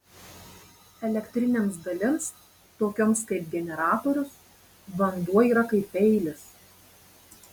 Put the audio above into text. elektrinėms dalims tokioms kaip generatorius vanduo yra kaip peilis